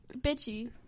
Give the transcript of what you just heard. Bitchy